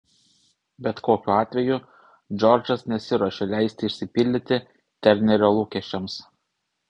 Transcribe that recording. bet kokiu atveju džordžas nesiruošė leisti išsipildyti ternerio lūkesčiams